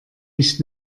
nicht